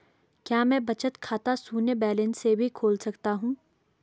क्या मैं बचत खाता शून्य बैलेंस से भी खोल सकता हूँ?